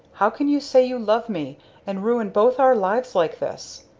how can you say you love me and ruin both our lives like this?